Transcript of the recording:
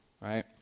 right